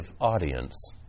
audience